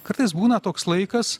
kartais būna toks laikas